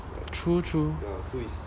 true true